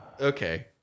Okay